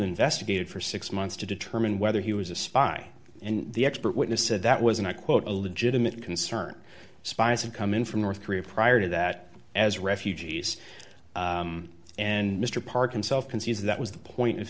investigated for six months to determine whether he was a spy and the expert witness said that was not quote a legitimate concern spies had come in from north korea prior to that as refugees and mr park unself concedes that was the point